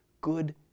good